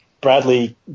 Bradley